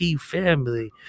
family